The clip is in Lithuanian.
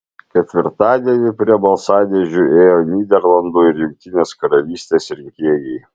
ketvirtadienį prie balsadėžių ėjo nyderlandų ir jungtinės karalystės rinkėjai